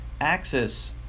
Axis